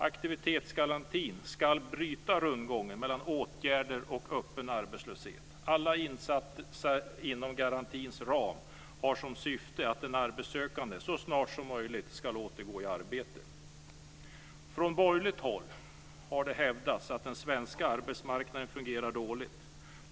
Aktivitetsgarantin ska bryta rundgången mellan åtgärder och öppen arbetslöshet. Alla insatser inom garantins ram har som syfte att den arbetssökande så snart som möjligt ska återgå i arbete. Fru talman! Från borgerligt håll har det hävdats att den svenska arbetsmarknaden fungerar dåligt.